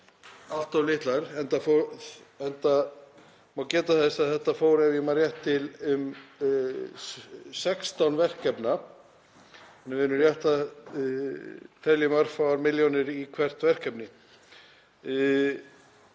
allt of lítið enda má geta þess að þetta fór ef ég man rétt til um 16 verkefna. Við erum því rétt að telja örfáar milljónir í hvert verkefni.